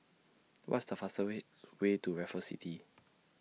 What's The fastest Way Way to Raffles City